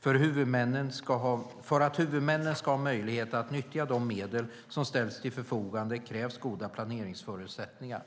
För att huvudmännen ska ha möjlighet att nyttja de medel som ställs till förfogande krävs goda planeringsförutsättningar.